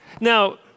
Now